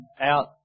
out